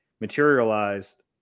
materialized